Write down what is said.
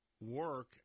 work